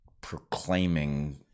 proclaiming